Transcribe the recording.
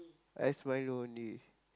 ice milo only